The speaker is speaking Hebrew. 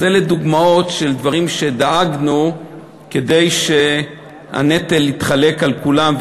אז אלה דוגמאות לדברים שבהם דאגנו שהנטל יתחלק על כולם,